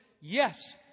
yes